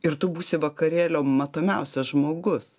ir tu būsi vakarėlio matomiausias žmogus